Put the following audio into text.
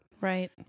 Right